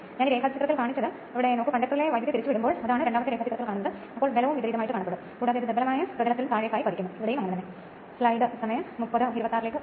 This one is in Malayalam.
ഈ സാഹചര്യത്തിൽ സ്റ്റേറ്റർ 3 ഘട്ടത്തിൽ വൈദ്യുതി വിതരണം ചെയ്യുകയാണെങ്കിൽ 3 ഘട്ട ഉപരിതലത്തെക്കുറിച്ച് പഠിച്ചു അതിനാൽ 3 ഫേസ് വിൻഡിംഗുകൾ ഉണ്ട്